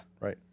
Right